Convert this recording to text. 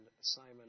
Simon